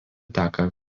teka